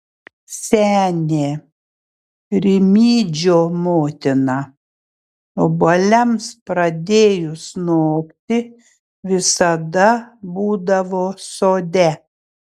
senė rimydžio motina obuoliams pradėjus nokti visada būdavo sode